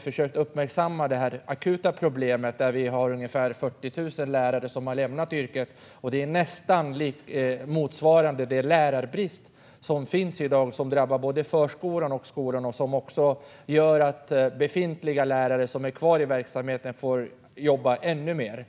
försökte vi uppmärksamma detta akuta problem. Ungefär 40 000 lärare har lämnat yrket. Det motsvarar nästan dagens lärarbrist, som drabbar både förskolan och skolan och som gör att befintliga lärare som är kvar i verksamheten får jobba ännu mer.